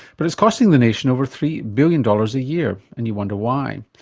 but it's costing the nation over three billion dollars a year and you wonder why.